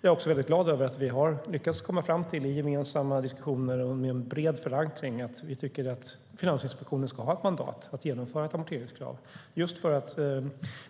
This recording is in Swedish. Jag är glad över att vi gemensamt, i gemensamma diskussioner och med bred förankring, har lyckats komma fram till att vi tycker att Finansinspektionen ska ha mandat att genomföra ett amorteringskrav just för att